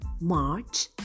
March